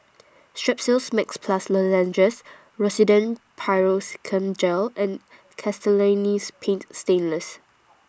Strepsils Max Plus Lozenges Rosiden Piroxicam Gel and Castellani's Paint Stainless